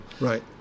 Right